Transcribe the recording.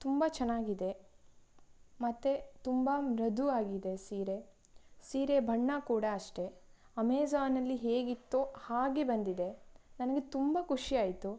ತುಂಬ ಚೆನ್ನಾಗಿದೆ ಮತ್ತು ತುಂಬ ಮೃದುವಾಗಿದೆ ಸೀರೆ ಸೀರೆ ಬಣ್ಣ ಕೂಡ ಅಷ್ಟೆ ಅಮೇಜಾನಲ್ಲಿ ಹೇಗಿತ್ತೋ ಹಾಗೆ ಬಂದಿದೆ ನನಗೆ ತುಂಬ ಖುಷಿ ಆಯಿತು